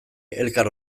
elkar